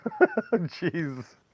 Jeez